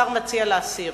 השר מציע להסיר